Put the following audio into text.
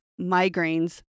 migraines